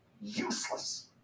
Useless